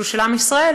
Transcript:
שהוא של עם ישראל,